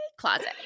closet